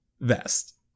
vest